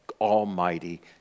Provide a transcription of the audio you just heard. Almighty